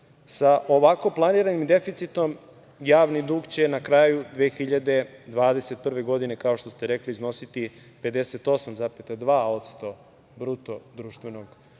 ovako planiranim deficitom javni dug će na kraju 2021. godine, kao što ste rekli, iznositi 58,2% BDP, što